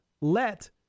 let